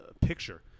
picture